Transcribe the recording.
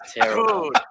terrible